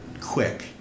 quick